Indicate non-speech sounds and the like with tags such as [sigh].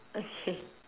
okay [laughs]